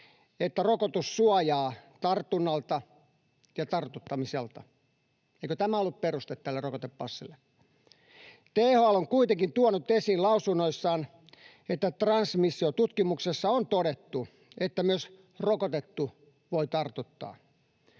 että rokotus suojaa tartunnalta ja tartuttamiselta. Eikö tämä ollut peruste tälle rokotepassille? THL on kuitenkin tuonut esiin lausunnoissaan, että transmissiotutkimuksessa on todettu, että myös rokotettu voi tartuttaa.